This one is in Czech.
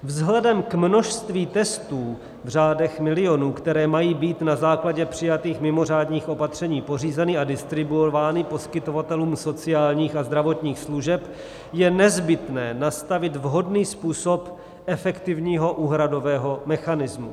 Vzhledem k množství testů v řádech milionů, které mají být na základě přijatých mimořádných opatření pořízeny a distribuovány poskytovatelům sociálních a zdravotních služeb, je nezbytné nastavit vhodný způsob efektivního úhradového mechanismu.